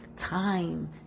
Time